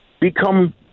become